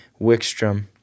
Wickstrom